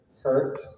hurt